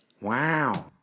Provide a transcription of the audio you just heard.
Wow